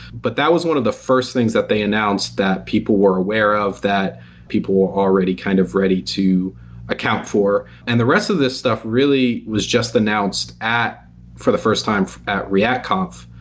but that was one of the first things that they announced that people were aware of that people were already kind of ready to account for and the rest of this stuff really was just announced at for the first time at react conf.